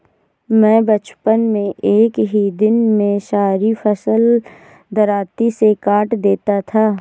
मैं बचपन में एक ही दिन में सारी फसल दरांती से काट देता था